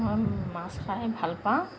মই মাছ খাই ভাল পাওঁ